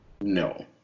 No